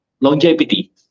longevity